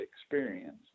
experience